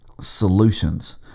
solutions